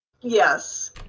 Yes